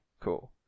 Cool